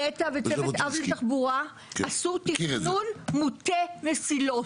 נת"ע וצוות אב לתחבורה עשו תכנון מוטה מסילות.